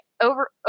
over